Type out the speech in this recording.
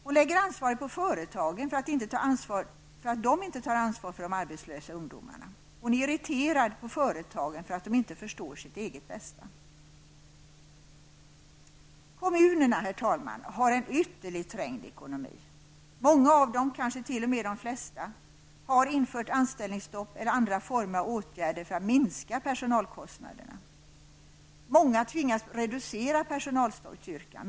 Hon lägger ansvaret på företagen, för att de inte tar ansvar för de arbetslösa ungdomarna. Hon är irriterad på företagen för att de inte förstår sitt eget bästa. Kommunerna har, fru talman, en ytterligt trängd ekonomi. Många av dem, kanske t.o.m. de flesta, har infört anställningsstopp eller andra former av åtgärder för att minska personalkostnaderna. Många tvingas reducera personalstyrkan.